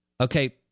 okay